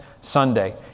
Sunday